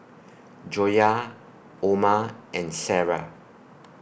Joyah Omar and Sarah